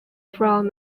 from